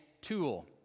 tool